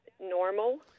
normal